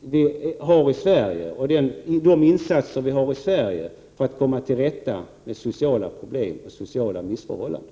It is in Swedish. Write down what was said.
vi gör i Sverige för att komma till rätta med sociala problem och sociala missförhållanden.